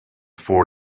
four